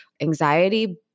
anxiety